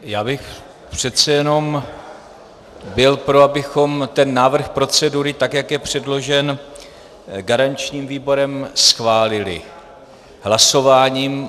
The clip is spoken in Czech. Já bych přece jenom byl pro, abychom ten návrh procedury, tak jak je předložen garančním výborem, schválili hlasováním.